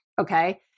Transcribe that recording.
Okay